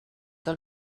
del